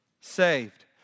saved